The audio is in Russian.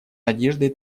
надеждой